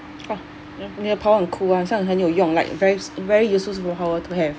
!wah! 你的 power 很 cool 好像很有用 like very us~ very useful superpower to have